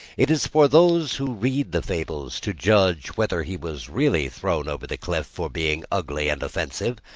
it is for those who read the fables to judge whether he was really thrown over the cliff for being ugly and offensive,